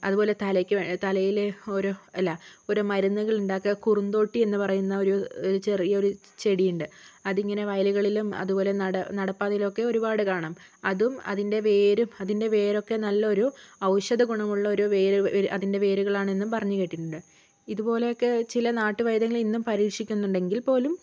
അതുപോലെ തലയ്ക്കു വേണ്ടി തലയിലെ ഓരോ അല്ല ഓരോ മരുന്നുകൾ ഉണ്ടാക്കാൻ കുറുന്തോട്ടി എന്ന് പറയുന്ന ഒരു ചെറിയൊരു ചെടിയുണ്ട് അതിങ്ങനെ വയലുകളിലും അതുപോലെ നട നടപ്പാതയിലൊക്കെ ഒരുപാട് കാണാം അതും അതിൻ്റെ വേരും അതിൻ്റെ വേരൊക്കെ നല്ലൊരു ഔഷധഗുണമുള്ള ഒരു വേരു അതിൻ്റെ വേരുകളാണെന്നും പറഞ്ഞു കേട്ടിട്ടുണ്ട് ഇതുപോലൊക്കെ ചില നാട്ട് വൈദ്യങ്ങൾ ഇന്നും പരീക്ഷിക്കുന്നുണ്ടെങ്കിൽ പോലും